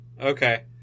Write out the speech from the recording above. Okay